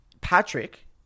Patrick